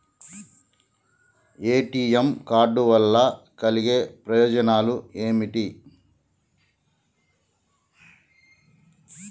ATM card వల్ల కలిగే ప్రయోజనాలు ఏమిటి?